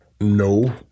No